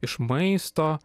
iš maisto